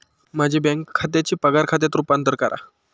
माझे बँक खात्याचे पगार खात्यात रूपांतर करा